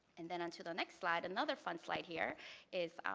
and then on to the next slide, another fun slide here is